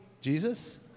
Jesus